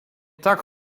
tak